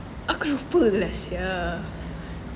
aku lupa lah sia